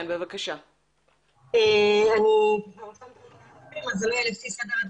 אענה לפי סדר הדברים.